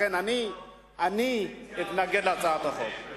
לכן אני מתנגד להצעת החוק.